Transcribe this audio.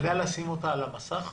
אתה יודע לשים אותה על המסך,